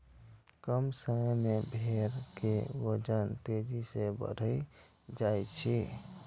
कम समय मे भेड़ के वजन तेजी सं बढ़ि जाइ छै